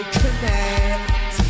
connect